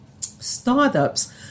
Startups